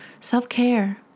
self-care